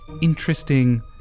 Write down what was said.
interesting